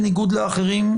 בניגוד לאחרים,